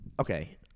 Okay